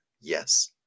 Yes